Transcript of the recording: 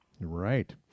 Right